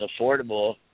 affordable